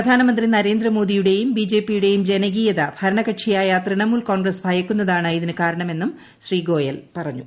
പ്രധാനമന്ത്രി നരേന്ദ്രമോദിയുടേയും B J പിയുടേയും ജനകീയത ഭരണ കക്ഷിയായ തൃണമൂൽ കോൺഗ്രസ് ഭയക്കുന്നതാണ് ഇതിന് കാരണമെന്നും ശ്രീ ഗോയൽ പറഞ്ഞു